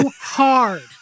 hard